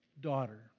daughter